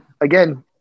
Again